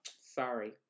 sorry